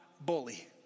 bully